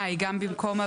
אה, היא גם במקום הוועדה.